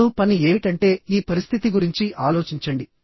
ఇప్పుడు పని ఏమిటంటే ఈ పరిస్థితి గురించి ఆలోచించండి